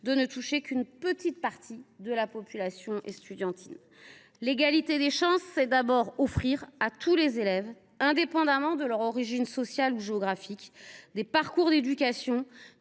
de ne toucher qu’une petite partie de la population estudiantine. L’égalité des chances, c’est d’abord offrir à tous les élèves, indépendamment de leur origine sociale ou géographique, des parcours d’éducation